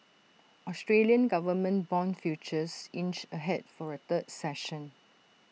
Australian government Bond futures inched ahead for A third session